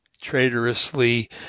traitorously